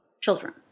children